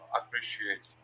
appreciate